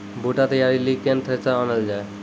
बूटा तैयारी ली केन थ्रेसर आनलऽ जाए?